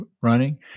running